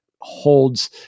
holds